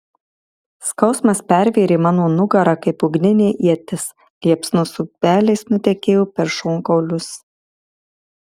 skausmas pervėrė mano nugarą kaip ugninė ietis liepsnos upeliais nutekėjo per šonkaulius